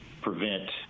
prevent